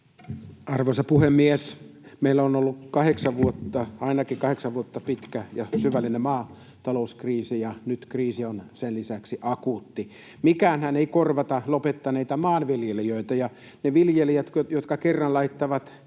Arvoisa puhemies! Meillä on ollut ainakin kahdeksan vuotta pitkä ja syvällinen maatalouskriisi, ja nyt kriisi on sen lisäksi akuutti. Mikäänhän ei korvaa lopettaneita maanviljelijöitä, ja ne viljelijät, jotka kerran laittavat